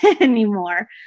anymore